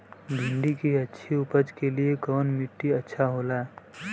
भिंडी की अच्छी उपज के लिए कवन मिट्टी अच्छा होला?